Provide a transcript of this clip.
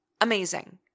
amazing